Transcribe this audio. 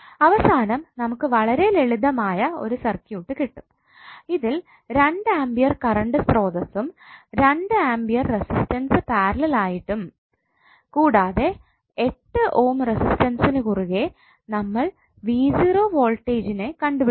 അവസാനം നമുക്ക് വളരെ ലളിതമായ ഒരു സർക്യൂട്ട് കിട്ടും ഇതിൽ 2 ആംപിയർ കറണ്ട് സ്രോതസ്സ്സും 2 ഓം റെസിസ്റ്റൻസ് പാരലൽ ആയിട്ടും കൂടാതെ 8 ഓം റെസിസ്റ്റൻസിനു കുറുകെ നമ്മൾ വോൾടേജ്കണ്ടുപിടിക്കണം